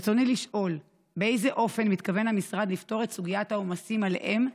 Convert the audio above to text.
רצוני לשאול: באיזה אופן מתכוון המשרד לפתור את סוגיית העומסים עליהם,